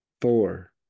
four